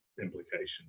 implications